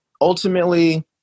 ultimately